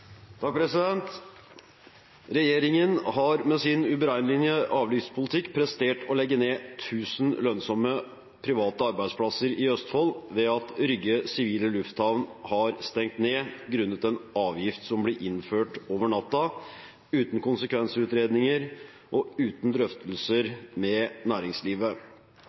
har med sin uberegnelige avgiftspolitikk prestert å legge ned 1 000 lønnsomme private arbeidsplasser i Østfold ved at Rygge sivile lufthavn har stengt ned grunnet en avgift som ble innført over natten uten konsekvensutredninger og uten drøftelser med næringslivet.